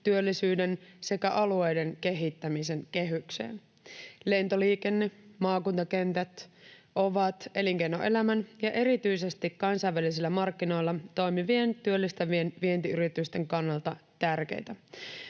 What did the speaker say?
työllisyyden sekä alueiden kehittämisen kehykseen. Lentoliikenne ja maakuntakentät ovat elinkeinoelämän ja erityisesti kansainvälisillä markkinoilla toimivien, työllistävien vientiyritysten kannalta tärkeitä.